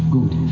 Good